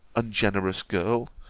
ungenerous girl,